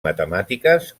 matemàtiques